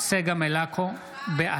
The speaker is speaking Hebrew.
אינו נוכח יולי יואל